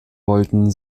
wollten